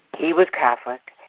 he was catholic,